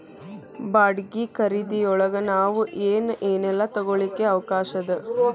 ಬಾಡ್ಗಿ ಖರಿದಿಯೊಳಗ್ ನಾವ್ ಏನ್ ಏನೇಲ್ಲಾ ತಗೊಳಿಕ್ಕೆ ಅವ್ಕಾಷದ?